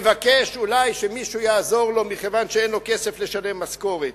מבקש אולי שמישהו יעזור לו מכיוון שאין לו כסף לשלם משכורות.